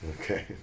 Okay